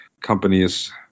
companies